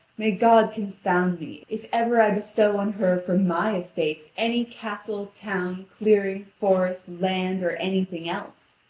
may god confound me, if ever i bestow on her from my estates any castle, town, clearing, forest, land, or anything else.